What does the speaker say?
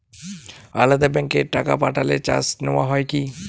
আলাদা ব্যাংকে টাকা পাঠালে চার্জ নেওয়া হয় কি?